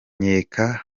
nkeka